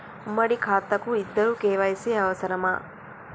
ఉమ్మడి ఖాతా కు ఇద్దరు కే.వై.సీ అవసరమా?